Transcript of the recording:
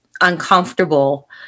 uncomfortable